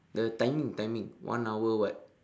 the timing timing one hour what